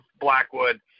blackwood